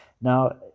Now